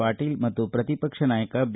ಪಾಟೀಲ್ ಮತ್ತು ಪ್ರತಿಪಕ್ಷ ನಾಯಕ ಬಿ